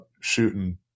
shooting